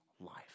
life